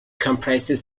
comprises